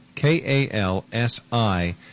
K-A-L-S-I